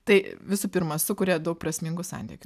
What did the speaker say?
tai visų pirma sukuria daug prasmingų santykių